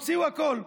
הוציאו הכול,